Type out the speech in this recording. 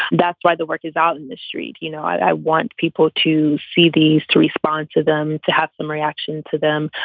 that's why the work is out in the street. you know, i want people to see these to respond to them, to have some reaction to them,